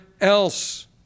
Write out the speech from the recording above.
else